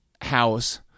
house